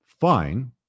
fine